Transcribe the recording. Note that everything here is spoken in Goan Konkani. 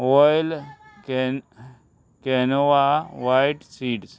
oil can canola white seeds